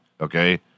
okay